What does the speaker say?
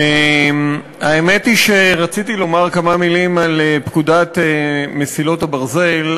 האמת היא שרציתי לומר כמה מילים על פקודת מסילות הברזל,